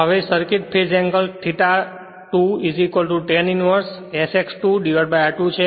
હવે circuit phase angle theta 2 tan inverse s X 2 r2 છે